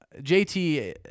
JT